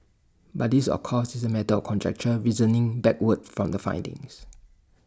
but this of course is is A matter or conjecture reasoning backward from the findings